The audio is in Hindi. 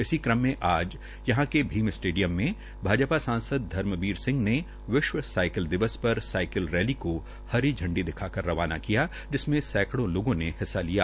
इसी क्रम आज यहां के भीम स्टेडियम में भिवानी महेंद्रगढ़ से भाजपा सांसद धर्मबीर सिंह ने विश्व साईकिल दिवस पर साईकिल रैली को हरी झंडी दिखाकर रवाना किया जिसमें सैंकड़ों लोगों ने हिस्सा लिया